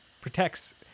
protects